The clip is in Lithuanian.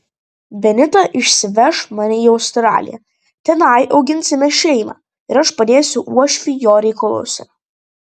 benita išsiveš mane į australiją tenai auginsime šeimą ir aš padėsiu uošviui jo reikaluose